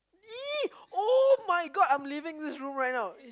!ee! [oh]-my-God I'm leaving this room right now